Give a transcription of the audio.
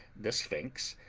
the sphinx,